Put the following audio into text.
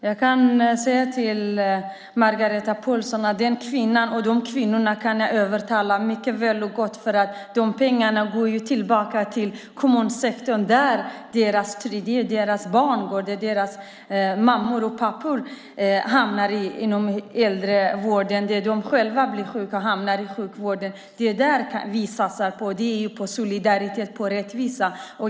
Fru talman! Jag kan säga till Margareta Pålsson att den kvinnan och andra kvinnor kan jag lätt övertala eftersom pengarna går tillbaka till kommunsektorn där deras trygghet finns - deras barn går i skola, deras mammor och pappor kommer till äldrevården, de själva hamnar inom sjukvården. Det satsar vi på. Vi satsar på solidaritet och rättvisa.